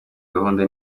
gahunda